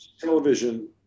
Television